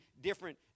different